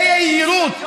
ביהירות,